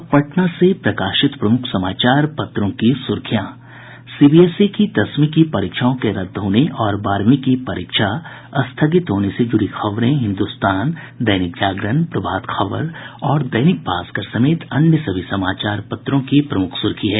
अब पटना से प्रकाशित प्रमुख समाचार पत्रों की सुर्खियां सीबीएसई की दसवीं की परीक्षाओं के रद्द होने और बारहवीं की परीक्षा स्थगित होने से जुड़ी खबरें हिन्दुस्तान दैनिक जागरण प्रभात खबर और दैनिक भास्कर समेत अन्य सभी समाचार पत्रों की प्रमुख सुर्खी है